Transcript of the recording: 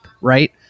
right